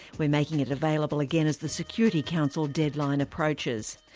we're making it available again as the security council deadline approaches.